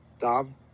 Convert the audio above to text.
Dom